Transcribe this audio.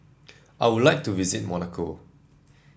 I would like to visit Monaco